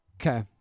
Okay